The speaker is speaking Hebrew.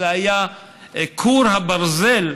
שזה היה כור הברזל,